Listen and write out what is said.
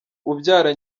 ubyara